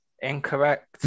Incorrect